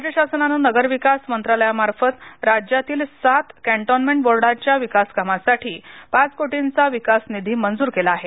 राज्य शासनाने नगरविकास मंत्रालयामार्फत राज्यातील सात कॅन्टोन्मेंट बोर्डांच्या विकासकामांसाठी पाच कोटींचा विकास निधी मंजूर केला आहे